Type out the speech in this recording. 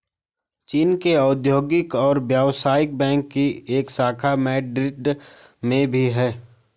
चीन के औद्योगिक और व्यवसायिक बैंक की एक शाखा मैड्रिड में भी है